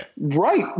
Right